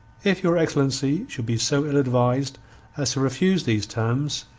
if your excellency should be so ill-advised as to refuse these terms,